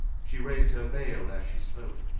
she raised her veil as she spoke,